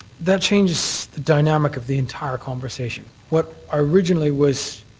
that changes the dynamic of the entire conversation. what i originally was